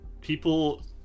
people